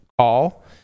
call